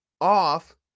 off